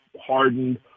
hardened